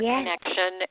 connection